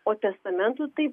o testamentu tai